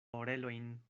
orelojn